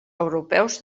europeus